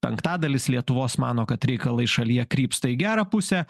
penktadalis lietuvos mano kad reikalai šalyje krypsta į gerą pusę